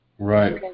Right